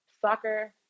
soccer